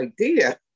idea